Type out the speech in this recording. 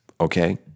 okay